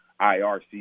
IRC